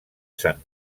sant